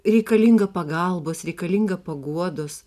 reikalinga pagalbos reikalinga paguodos